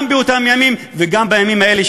גם באותם ימים וגם בימים האלה,